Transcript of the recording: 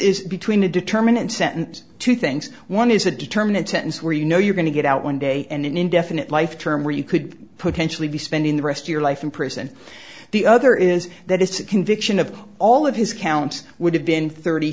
is between a determinant sentence two things one is a determinant sentence where you know you're going to get out one day and an indefinite life term or you could potentially be spending the rest your life in prison the other is that it's a conviction of all of his counts would have been thirty